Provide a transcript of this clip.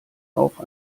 auch